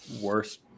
worst